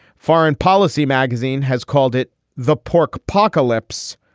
foreign policy magazine has called it the pork pocalypse.